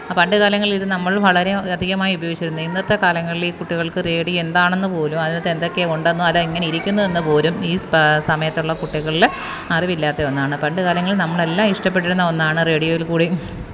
ആ പണ്ട് കാലങ്ങളിലിത് നമ്മള് വളരെ അധികമായി ഉപയോഗിച്ചിരുന്നു ഇന്നത്തെ കാലങ്ങളിൽ ഈ കുട്ടികള്ക്ക് റേഡി എന്താണെന്ന് പോലും അതിനകത്തെന്തൊക്കെ ഉണ്ടെന്നോ അത് എങ്ങനെ ഇരിക്കുന്നുവെന്ന് പോലും ഈ സമയത്തുള്ള കുട്ടികളിൽ അറിവില്ലാത്ത ഒന്നാണ് പണ്ട് കാലങ്ങളില് നമ്മളെല്ലാം ഇഷ്ടപ്പെട്ടിരുന്ന ഒന്നാണ് റേഡിയോയില് കൂടി